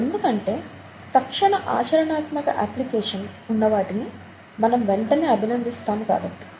ఇది ఎందుకంటే తక్షణ ఆచరణాత్మక అప్లికేషన్ ఉన్నవాటిని మనం వెంటనే అభినందిస్తాము కాబట్టి